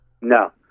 No